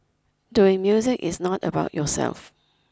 doing music is not about yourself